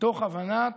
מתוך הבנת